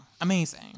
Amazing